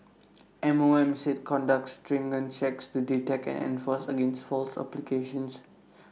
M O M said conducts stringent checks to detect and enforce against false applications